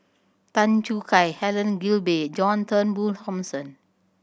Tan Choo Kai Helen Gilbey John Turnbull Thomson